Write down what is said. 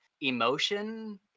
emotion